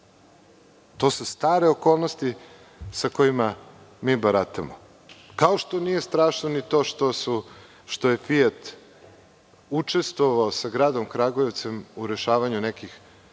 To su stare okolnosti sa kojima mi baratamo. Kao što nije strašno ni to što je „Fijat“ učestvovao sa gradom Kragujevcem u rešavanju nekih